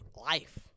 life